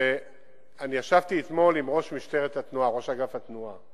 ישבתי אתמול עם ראש אגף התנועה,